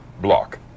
block